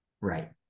Right